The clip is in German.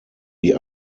die